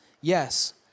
yes